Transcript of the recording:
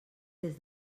des